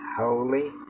Holy